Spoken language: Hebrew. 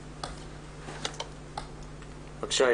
בבקשה,